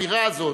האווירה הזאת,